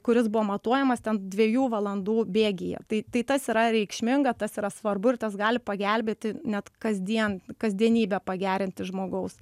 kuris buvo matuojamas ten dviejų valandų bėgyje tai tai tas yra reikšminga tas yra svarbu ir tas gali pagelbėti net kasdien kasdienybę pagerinti žmogaus